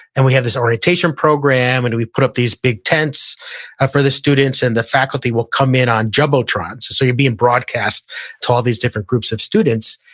and we have this orientation program, and we put up these big tents ah for the students, and the faculty will come in on jumbotrons, so you're being broadcast to all of these different groups of students,